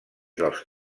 dels